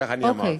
כך אני אמרתי.